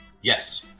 Yes